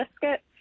biscuits